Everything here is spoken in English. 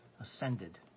ascended